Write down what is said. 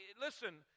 Listen